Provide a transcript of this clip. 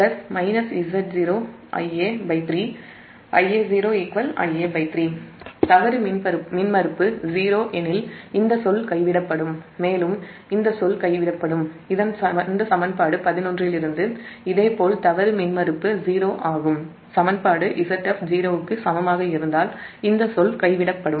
நீங்கள் மாற்றினால் Ia இன் வெளிப்பாடு மற்றும் எளிமைப்படுத்தினால் நீங்கள் பெறுவீர்கள் VcEa3𝜷Zfz2𝜷 𝜷2Z0𝜷 1Z1Z2Z03Zf தவறு மின்மறுப்பு 0 எனில் இந்த சொல் கைவிடப்படும் மேலும்இந்த சமன்பாடு 11 இலிருந்து இதேபோல் தவறு மின்மறுப்பு 0 சமன்பாடு Zf0 க்கு சமமாக இருந்தால் இந்த சொல் கைவிடப்படும்